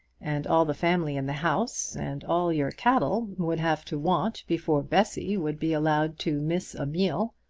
and all the family in the house, and all your cattle would have to want, before bessy would be allowed to miss a meal.